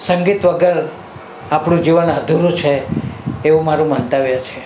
સંગીત વગર આપણું જીવન અધૂરું છે એવું મારુ મંતવ્ય છે